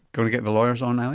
going to get the lawyers on, ali?